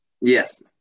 Yes